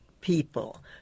people